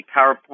PowerPoint